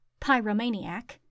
pyromaniac